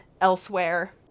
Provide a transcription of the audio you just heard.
elsewhere